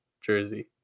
jersey